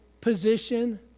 position